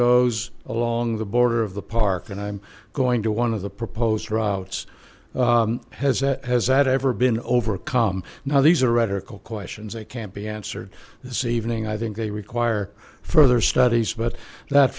goes along the border of the park and i'm going to one of the proposed routes has it has that ever been overcome now these are radical questions that can't be answered this evening i think they require further studies but that